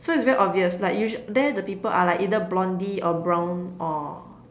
so it's very obvious like usual there the people are like either Blondie or brown or